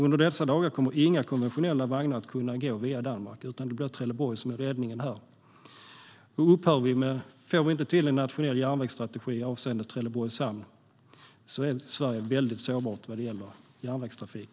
Under dessa dagar kunde inga konventionella vagnar gå via Danmark, utan Trelleborg blev räddningen. Får vi inte till en nationell järnvägsstrategi avseende Trelleborgs hamn är Sverige väldigt sårbart vad gäller järnvägstrafik.